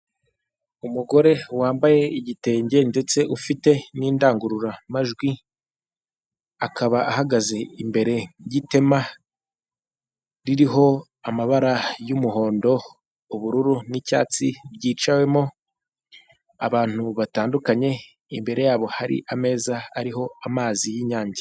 Umugore wambaye igitenge ndetse ufite n'indangururamajwi akaba ahagaze imbere y'ihema ririho amabara y'umuhondo ubururu n'icyatsi ryicawemo n'abantu batandukanye imbere yabo hari ameza ariho amazi y'inyange.